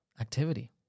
activity